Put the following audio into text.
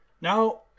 Now